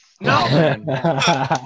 No